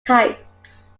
types